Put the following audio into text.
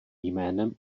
jménem